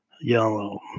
yellow